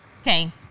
Okay